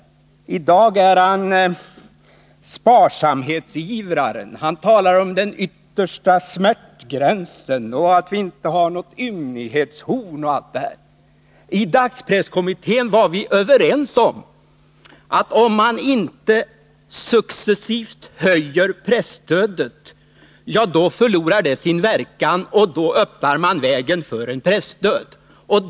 I dag är han sparsamhetsivraren. Han talar om den yttersta smärtgränsen, att vi inte har något ymnighetshorn och allt detta. I dagspresskommittén var vi överens om att om man inte successivt höjer presstödet så förlorar det sin verkan, och då öppnar man vägen för en pressdöd.